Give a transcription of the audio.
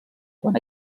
quan